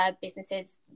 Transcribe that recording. businesses